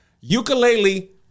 Ukulele